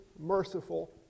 merciful